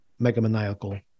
megamaniacal